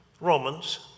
Romans